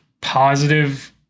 positive